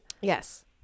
yes